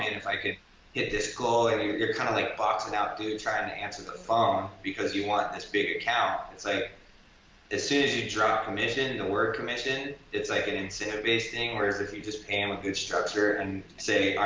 and if i could hit this goal. and you're kinda kind of like boxing out dudes trying to answer the phone because you want this big account. it's like as soon as you drop commission, the word commission, it's like an incentive-based thing whereas if you just pay him a good structure and say, all